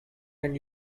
and